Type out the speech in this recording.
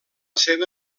seva